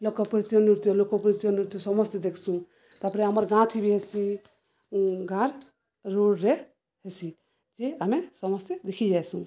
ଲୋକପରିଚୟ ନୃତ୍ୟ ଲୋକପରିଚୟ ନୃତ୍ୟ ସମସ୍ତେ ଦେଖ୍ସୁଁ ତାପରେ ଆମର ଗାଁଥି ବି ହେସି ଗାଁର ରୋଡ଼ରେ ହେସି ଯେ ଆମେ ସମସ୍ତେ ଦେଖି ଯାଇସୁଁ